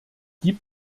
gibt